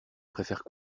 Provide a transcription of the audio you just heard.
préfères